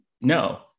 no